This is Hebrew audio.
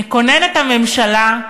נכונן את הממשלה,